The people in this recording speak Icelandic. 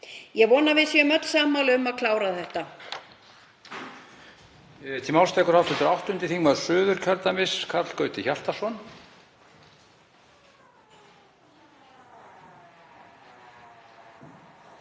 Ég vona að við séum öll sammála um að klára þetta.